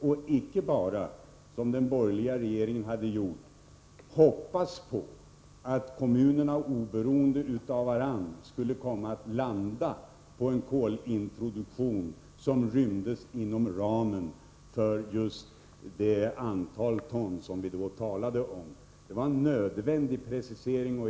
Vi ville inte, som den borgerliga regeringen hade gjort, bara hoppas att kommunerna oberoende av varandra skulle komma att landa på en kolintroduktion som rymdes inom ramen för det antal ton som vi då talade om. Det var en nödvändig precisering.